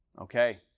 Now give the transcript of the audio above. Okay